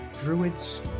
druids